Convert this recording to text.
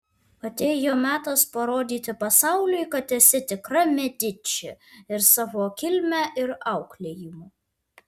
atėjo metas parodyti pasauliui kad esi tikra mediči ir savo kilme ir auklėjimu